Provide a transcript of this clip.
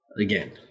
Again